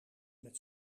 met